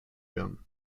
werden